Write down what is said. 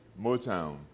Motown